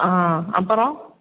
ஆ அப்புறம்